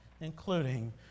including